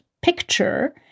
picture